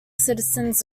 citizens